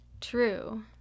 True